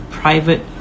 private